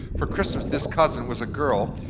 for christmas, this cousin was a girl,